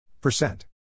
Percent